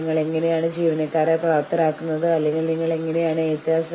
ഉച്ചാരണം അങ്ങനെയാണെങ്കിലും പക്ഷേ അതിന് I M P A S S E